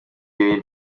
ibiri